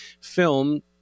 film